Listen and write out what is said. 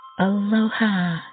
Aloha